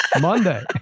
Monday